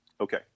Okay